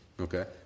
Okay